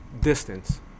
distance